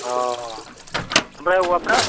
औ ओमफ्राय औवाफ्रा